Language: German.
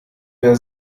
wer